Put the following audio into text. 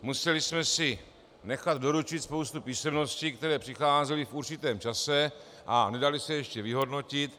Museli jsme si nechat doručit spoustu písemností, které přicházely v určitém čase a nedaly se ještě vyhodnotit.